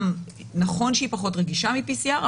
נכון שהיא פחות רגישה מ-PCR,